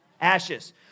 Ashes